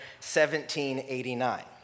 1789